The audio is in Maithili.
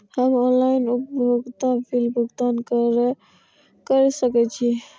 हम ऑनलाइन उपभोगता बिल भुगतान कर सकैछी?